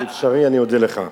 אם זה אפשרי, אני אודה לך.